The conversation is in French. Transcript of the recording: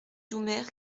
doumer